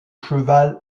cheval